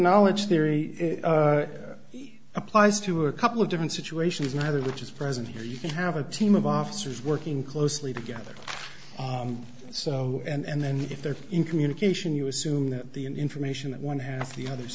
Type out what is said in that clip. knowledge theory applies to a couple of different situations neither of which is present here you can have a team of officers working closely together so and then if they're in communication you assume that the information that one half the